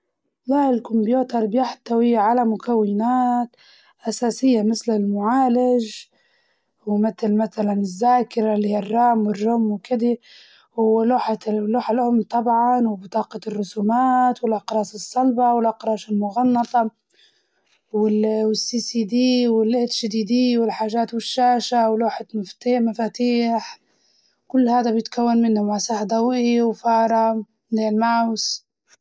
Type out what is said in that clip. والله الكمبيوتر بيحتوي على مكونات أساسية مسل المعالج ومتل متلاً الزاكرة اللي هي الرام، والروم وكدي ولوحة ال- واللوحة الأم طبعاً وبطاقة الرسومات والأقراص الصلبة والأقراص المغنطة، وال- والسي سي دي والأتش دي دي والحاجات والشاشة ولوحة مفتي- مفاتيح كل هادا بيتكون منه ماسحة ضوئية وفارة اللي هي الماوس.